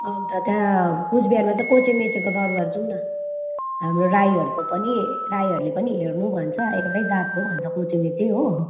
अन्त त्यहाँ कुचबिहारमा चाहिँ कोचेमेचेको दरबार जुम्न हाम्रो राईहरूको पनि राईहरूले पनि हेर्नु भन्छ एउटै दाप हो भन्छ कोचेमेचे हो